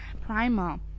primer